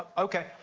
ok.